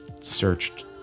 searched